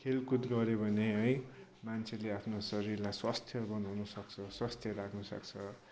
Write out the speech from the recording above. खेलकुद गऱ्यो भने है मान्छेले आफ्नो शरीरलाई स्वस्थ्य बनाउनसक्छ स्वस्थ्य राख्नुसक्छ